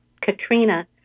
Katrina